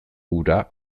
ura